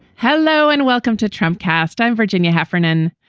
hello and welcome to trump cast. i'm virginia heffernan.